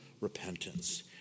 repentance